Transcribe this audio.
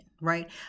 right